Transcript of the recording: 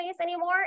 anymore